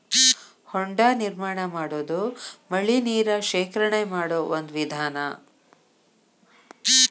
ಹೊಂಡಾ ನಿರ್ಮಾಣಾ ಮಾಡುದು ಮಳಿ ನೇರ ಶೇಖರಣೆ ಮಾಡು ಒಂದ ವಿಧಾನಾ